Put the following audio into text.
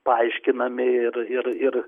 paaiškinami ir ir ir